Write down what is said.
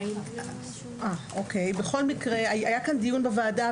היה כאן דיון בוועדה,